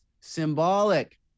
symbolic